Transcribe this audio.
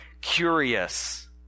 curious